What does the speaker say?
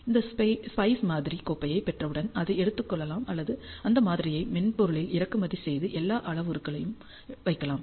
அந்த ஸ்பைஸ் மாதிரி கோப்பைப் பெற்றவுடன் அதை எடுத்துக் கொள்ளலாம் அல்லது அந்த மாதிரியை மென்பொருளில் இறக்குமதி செய்து எல்லா அளவுருக்களையும் வைக்கலாம்